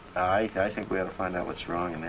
i think we ought to find out what's wrong